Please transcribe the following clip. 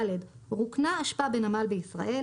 (ד) רוקנה אשפה בנמל בישראל,